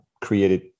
created